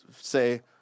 say